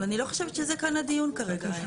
ואני לא חושבת שזה כאן הדיון כרגע.